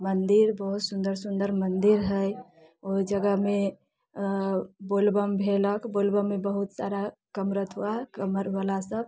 मन्दिर बहुत सुन्दर सुन्दर मन्दिर हय ओ जगहमे अऽ बोलबम भेलक बोलबममे बहुत सारा कमरथुआ कामरवला सभ